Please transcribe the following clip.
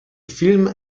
film